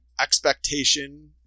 expectation